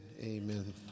Amen